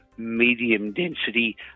medium-density